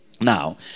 now